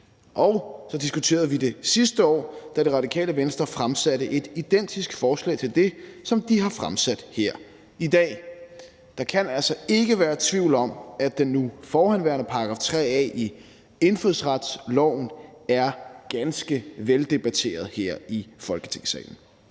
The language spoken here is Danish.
Og så diskuterede vi det sidste år, da Radikale Venstre fremsatte et identisk forslag til det, som de har fremsat og vi behandler her i dag. Der kan altså ikke være tvivl om, at den nu forhenværende § 3 A i indfødsretsloven er ganske veldebatteret her i Folketingssalen.